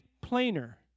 plainer